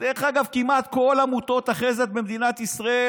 כמעט כל עמותות החסד במדינת ישראל,